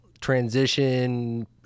transition